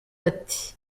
ati